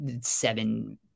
seven